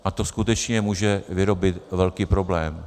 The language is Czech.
A to skutečně může vyrobit velký problém.